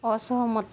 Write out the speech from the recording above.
असहमत